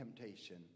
temptation